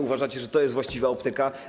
Uważacie, że to jest właściwa optyka?